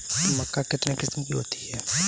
मक्का कितने किस्म की होती है?